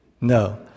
No